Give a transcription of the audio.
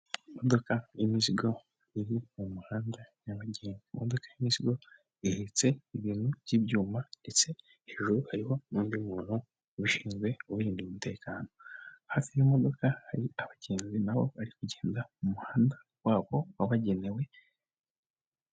Imodoka y'imizigo iri mu muhanda nyabagendwa, imodoka y'imizigo ihetse ibintu by'ibyuma ndetse hejuru hariho n'undi muntu ushinzwe kubirindira umutekano, hafi y'imodoka hari abagenzi nabo bari kugenda mu muhanda wabo wabagenewe.